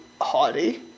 haughty